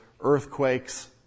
earthquakes